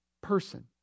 person